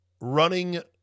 running